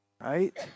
right